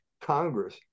Congress